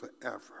forever